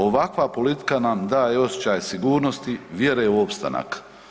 Ovakva politika nam daje osjećaj sigurnosti, vjere u opstanak.